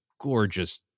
gorgeous